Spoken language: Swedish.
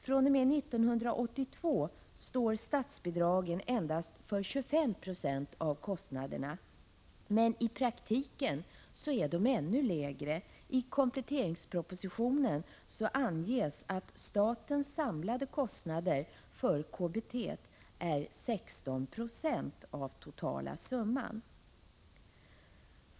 fr.o.m. 1982 står statsbidragen endast för 25 6 av kostnaderna, men i praktiken är de ännu lägre. I kompletteringspropositionen anges att statens samlade kostnader för KBT är 16 26 av den totala summan.